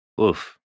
Oof